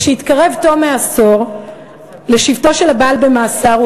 כשהתקרב תום העשור לשבתו של הבעל במאסר,